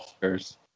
First